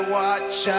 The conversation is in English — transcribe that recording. watch